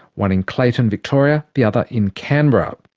one in clayton, victoria, the other in canberra.